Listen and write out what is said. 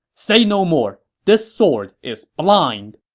say no more! this sword is blind!